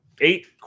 eight